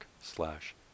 slash